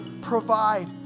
provide